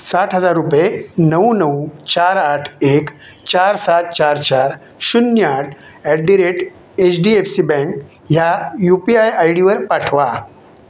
साठ हजार रुपये नऊ नऊ चार आठ एक चार सात चार चार शून्य आठ at the rate H D F C bank ह्या यू पी आय आय डीवर पाठवा